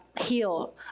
heal